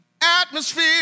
atmosphere